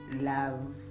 love